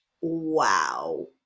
wow